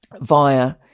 Via